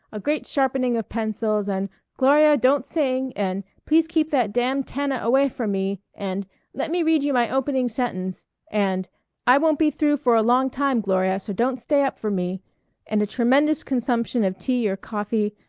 a great sharpening of pencils, and gloria, don't sing and please keep that damn tana away from me and let me read you my opening sentence and i won't be through for a long time, gloria, so don't stay up for me and a tremendous consumption of tea or coffee.